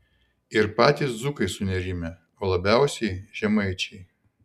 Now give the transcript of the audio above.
ir patys dzūkai sunerimę o labiausiai žemaičiai